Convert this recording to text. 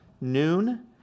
noon